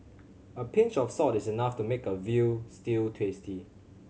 a pinch of salt is enough to make a veal stew tasty